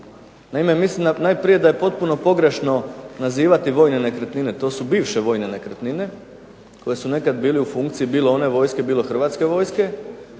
Mislim, da je pogrešno nazivati vojne nekretnine, to su bivše vojne nekretnine koje su bile nekada u funkciji bilo one vojske bilo Hrvatske vojske,